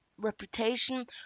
reputation